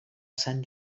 sant